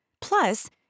Plus